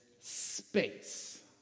space